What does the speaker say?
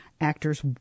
Actors